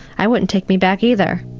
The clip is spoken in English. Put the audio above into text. i wouldn't take me back either.